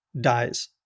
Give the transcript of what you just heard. dies